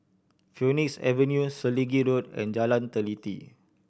Phoenix Avenue Selegie Road and Jalan Teliti